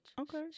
Okay